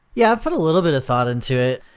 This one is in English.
yeah, i've put a little bit of thought into it.